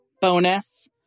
bonus